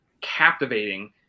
captivating